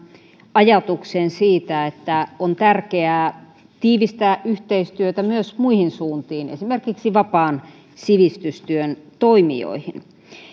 ajatukseen siitä että on tärkeää tiivistää yhteistyötä myös muihin suuntiin esimerkiksi vapaan sivistystyön toimijoihin